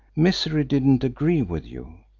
misery didn't agree with you.